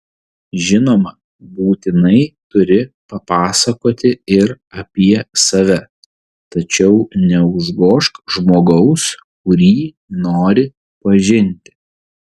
žinoma būtinai turi papasakoti ir apie save tačiau neužgožk žmogaus kurį nori pažinti